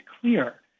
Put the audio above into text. clear